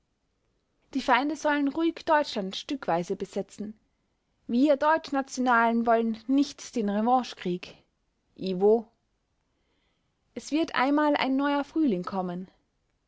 die feinde sollen ruhig deutschland stückweise besetzen wir deutschnationalen wollen nicht den revanchekrieg i wo es wird einmal ein neuer frühling kommen